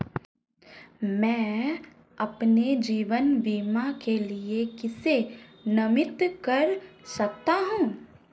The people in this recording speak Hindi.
मैं अपने जीवन बीमा के लिए किसे नामित कर सकता हूं?